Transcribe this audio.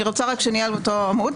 אני רק רוצה שנהיה על אותו עמוד.